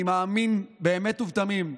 אני מאמין באמת ובתמים,